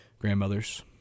Grandmothers